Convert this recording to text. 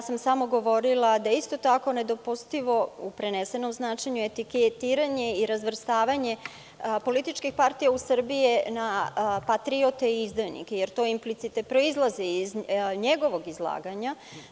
Samo sam govorila da je nedopustivo u prenesenom značenju etiketiranje i razvrstavanje političkih partija u Srbiji na patriote i izdajnike, jer to proizlazi iz njegovog izlaganja.